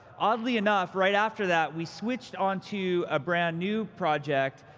oddly enough, right after that, we switched onto a brand-new project,